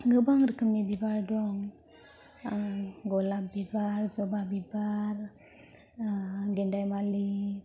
गोबां रोखोमनि बिबार दं गलाब बिबार जबा बिबार गेन्दायमालि